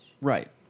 Right